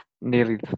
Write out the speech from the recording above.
nearly